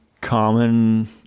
common